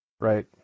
Right